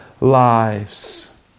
lives